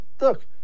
look